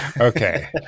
Okay